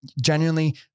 genuinely